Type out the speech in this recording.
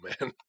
man